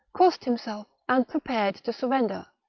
crossed himself, and prepared to surrender,